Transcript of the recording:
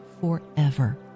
forever